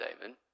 David